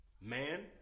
man